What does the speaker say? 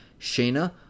Shayna